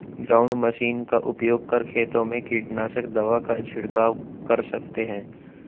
ground machine का उपयोग कर खेतों में कीटनाशक दवा का झिड़काव कर सकते है